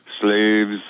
slaves